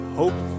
hope